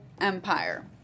Empire